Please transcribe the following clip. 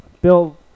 Bill